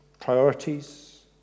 priorities